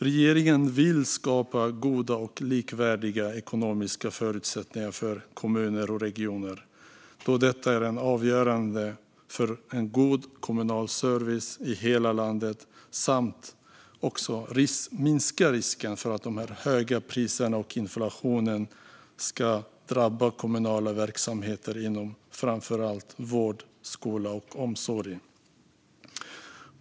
Regeringen vill skapa goda och likvärdiga ekonomiska förutsättningar för kommuner och regioner, då detta är avgörande för en god kommunal service i hela landet, samt minska risken för att de höga priserna och inflationen ska drabba kommunala verksamheter inom framför allt vård, skola och omsorg.